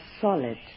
solid